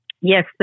yes